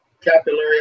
capillary